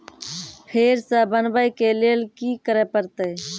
फेर सॅ बनबै के लेल की करे परतै?